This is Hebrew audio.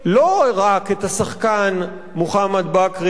לא רק את השחקן מוחמד בכרי,